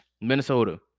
Minnesota